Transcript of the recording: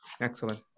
Excellent